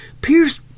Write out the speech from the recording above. Pierce